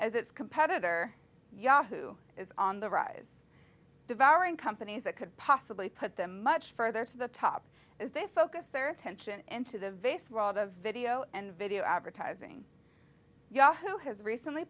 as its competitor yahoo is on the rise devouring companies that could possibly put them much further to the top as they focus their attention into the vase while the video and video advertising yahoo has recently